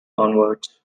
onwards